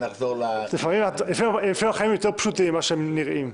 לפעמים החיים יותר פשוטים מאשר הם נראים...